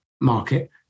market